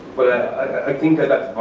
but i think i got